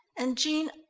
and, jean,